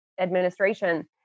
administration